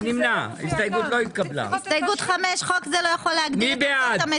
פינדרוס, אני לא מתכוונת לעשות לך נזק אבל באמת,